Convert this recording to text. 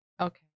Okay